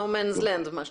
No men's land מה שנקר.